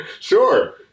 Sure